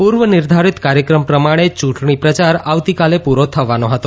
પૂર્વ નિર્ધારિત કાર્યક્રમ પ્રમાણે ચૂંટણી પ્રચાર આવતીકાલે પૂરો થવાનો હતો